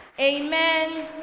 Amen